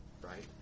right